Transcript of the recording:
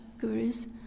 gurus